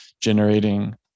generating